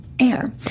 air